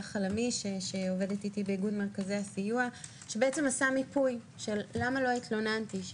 חלמיש שעובדת איתי באיגוד מרכזי הסיוע שעשה מיפוי למה לא התלוננתי.